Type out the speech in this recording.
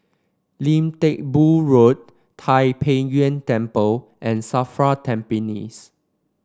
Lim Teck Boo Road Tai Pei Yuen Temple and Safra Tampines